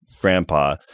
Grandpa